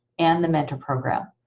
and the mentor program.